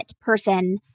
person